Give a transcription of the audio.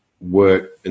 work